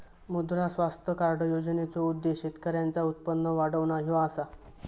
मुद्रा स्वास्थ्य कार्ड योजनेचो उद्देश्य शेतकऱ्यांचा उत्पन्न वाढवणा ह्यो असा